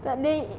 takleh